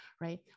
right